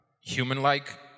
human-like